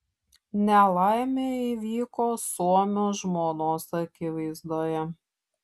nelaimė įvyko suomio žmonos akivaizdoje